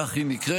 כך היא נקראת,